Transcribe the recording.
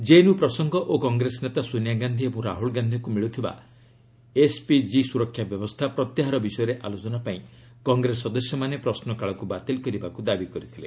JNU ପ୍ରସଙ୍ଗ ଓ କଂଗ୍ରେସ ନେତା ସୋନିଆ ଗାନ୍ଧି ଏବଂ ରାହୁଲ ଗାନ୍ଧିଙ୍କୁ ମିଳୁଥିବା ଏସ୍ପିଜି ସୁରକ୍ଷା ବ୍ୟବସ୍ଥା ପ୍ରତ୍ୟାହାର ବିଷୟରେ ଆଲୋଚନାପାଇଁ କଂଗ୍ରେସ ସଦସ୍ୟମାନେ ପ୍ରଶ୍ନକାଳକୁ ବାତିଲ୍ କରିବାକୁ ଦାବି କରିଥିଲେ